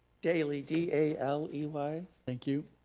daley, d a l e y. thank you.